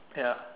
ya